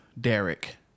Derek